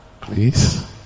Please